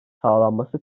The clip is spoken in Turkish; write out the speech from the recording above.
sağlanması